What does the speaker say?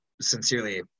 sincerely